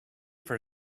for